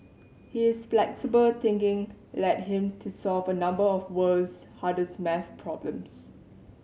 his flexible thinking led him to solve a number of the world's hardest maths problems